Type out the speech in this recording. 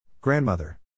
Grandmother